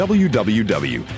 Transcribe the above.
www